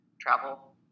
travel